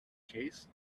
case